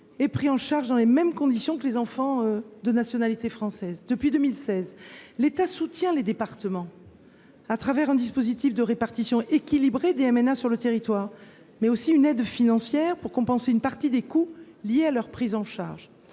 est pris en charge dans les mêmes conditions que les enfants de nationalité française. Depuis 2016, l’État soutient les départements, par un dispositif de répartition équilibrée des mineurs non accompagnés sur le territoire, mais aussi par une aide financière visant à compenser une partie des coûts qu’entraîne leur prise en charge.